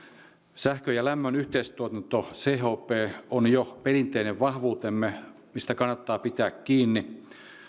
sähkön ja lämmön yhteistuotanto chp on jo perinteinen vahvuutemme mistä kannattaa pitää kiinni